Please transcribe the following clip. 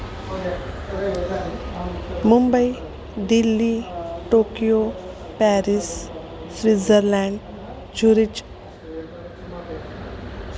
Mumbai Delhi Tokyo Paris Switzerland Zurich